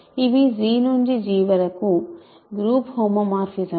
ఇవి G నుండి G కు వరకు గ్రూప్ హోమోమార్ఫిజమ్స్